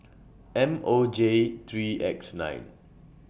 M O J three X nine